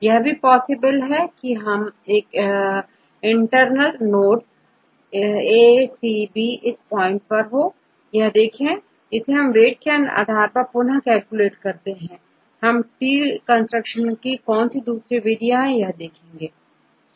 यह भी पॉसिबल है की एक और इंटरनल नोड ACB इस पॉइंट पर हो और आप इसे वेट के आधार पर पुनः कैलकुलेट करें आप ट्री कंस्ट्रक्शन की कौनसी और दूसरी विधियां है